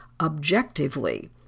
objectively